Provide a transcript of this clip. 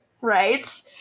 right